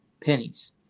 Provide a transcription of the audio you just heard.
Pennies